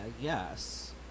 yes